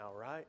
right